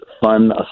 fun